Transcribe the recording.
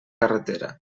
carretera